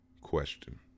question